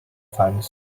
fans